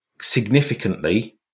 significantly